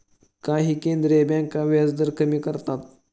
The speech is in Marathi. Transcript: काही केंद्रीय बँका व्याजदर कमी करतात